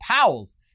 Powell's